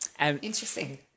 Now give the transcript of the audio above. interesting